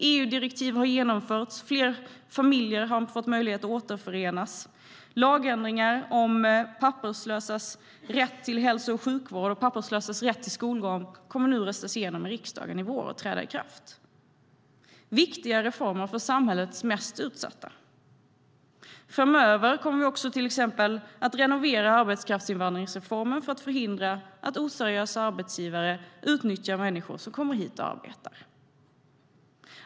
EU-direktiv har genomförts. Fler familjer har fått möjlighet att återförenas. Lagändringar om papperslösas rätt till hälso och sjukvård och papperslösas rätt till skolgång kommer nu att röstas igenom i riksdagen i vår och träda i kraft. Det är viktiga reformer för samhällets mest utsatta. Framöver kommer vi också att till exempel renovera arbetskraftsinvandringsreformen för att förhindra att oseriösa arbetsgivare utnyttjar människor som kommer hit och arbetar.